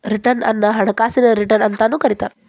return ಅನ್ನ ಹಣಕಾಸಿನ return ಅಂತಾನೂ ಕರಿತಾರ